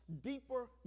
deeper